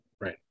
right